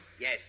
Yes